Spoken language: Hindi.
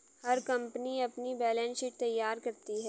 हर कंपनी अपनी बैलेंस शीट तैयार करती है